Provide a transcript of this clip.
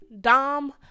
Dom